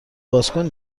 بازکن